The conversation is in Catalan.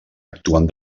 actuen